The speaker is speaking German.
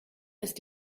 ist